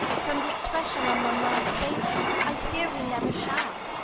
from the expression on mamma's face i fear we never shall.